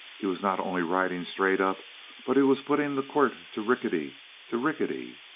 he was not only riding straight up but he was putting the quirt to rickety to rickety!